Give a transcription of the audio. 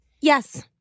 Yes